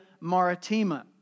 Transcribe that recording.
Maritima